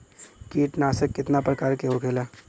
कीटनाशक कितना प्रकार के होखेला?